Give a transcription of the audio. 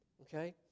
okay